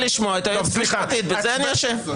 נפל.